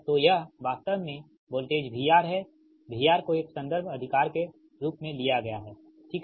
तो यह वास्तव में वोल्टेज VR है VR को एक संदर्भ के रूप में लिया गया हैठीक है